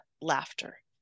laughter